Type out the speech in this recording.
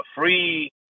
free